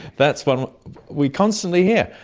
that's one we constantly hear,